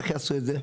איך עשו את זה?